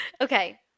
Okay